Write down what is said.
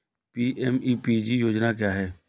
PMEPG योजना क्या है?